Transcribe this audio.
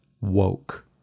woke